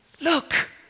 Look